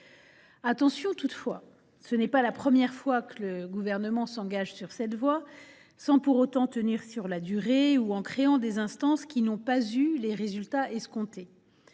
Attention, toutefois, ce n’est pas la première fois que le Gouvernement s’engage sur cette voie, sans pour autant tenir sur la durée. Il a aussi créé des instances qui n’ont pas eu les résultats escomptés.